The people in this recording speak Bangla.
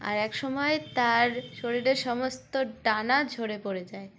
আর এক সময় তার শরীরের সমস্ত ডানা ঝরে পড়ে যায়